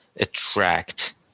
attract